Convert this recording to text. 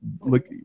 look